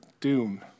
doom